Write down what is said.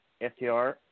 FTR